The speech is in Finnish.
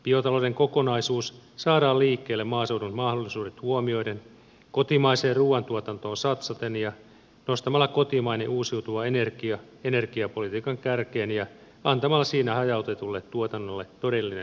biotalouden kokonaisuus saadaan liikkeelle maaseudun mahdollisuudet huomioiden kotimaiseen ruuan tuotantoon satsaten ja nostamalla kotimainen uusiutuva energia energiapolitiikan kärkeen ja antamalla siinä hajautetulle tuotannolle todellinen mahdollisuus